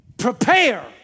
prepare